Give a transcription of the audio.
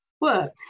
work